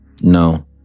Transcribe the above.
No